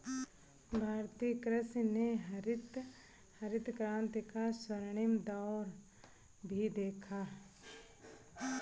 भारतीय कृषि ने हरित क्रांति का स्वर्णिम दौर भी देखा